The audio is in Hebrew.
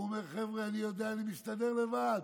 והוא אומר: חבר'ה, אני יודע, אני מסתדר לבד.